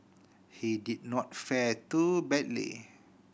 he did not fare too badly